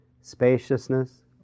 spaciousness